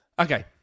Okay